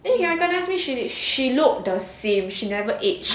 then she recognize me she she looked the same she never age